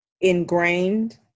ingrained